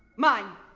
mine.